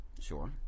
sure